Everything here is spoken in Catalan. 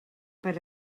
per